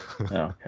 Okay